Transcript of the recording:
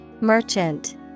Merchant